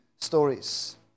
stories